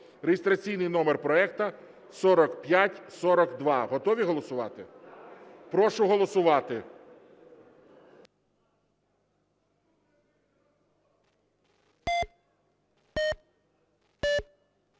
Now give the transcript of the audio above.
(реєстраційний номер проекту 4542). Готові голосувати? Прошу голосувати.